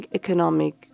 economic